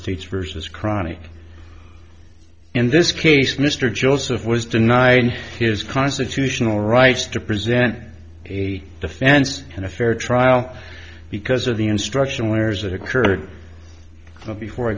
states versus chronic in this case mr joseph was denied his constitutional rights to present a defense in a fair trial because of the instruction where's that occurred before i